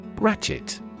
Ratchet